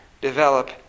develop